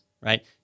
Right